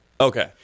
Okay